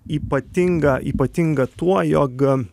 ypatinga ypatinga tuo jog